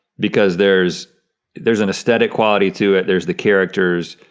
because there's there's an aesthetic quality to it, there's the characters,